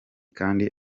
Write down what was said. kandi